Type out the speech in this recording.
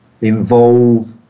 involve